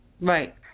Right